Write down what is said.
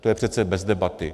To je přece bez debaty.